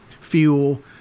fuel